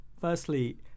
Firstly